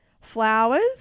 Flowers